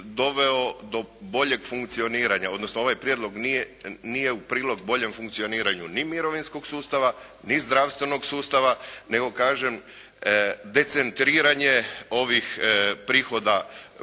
doveo do boljeg funkcioniranja, odnosno ovaj prijedlog nije u prilog boljem funkcioniranju ni mirovinskog sustava, ni zdravstvenog sustava nego kažem decentriranje ovih prihoda